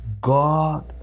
God